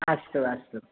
अस्तु अस्तु